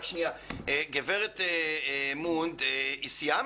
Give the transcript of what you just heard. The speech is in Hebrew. גברת מונד, סיימת?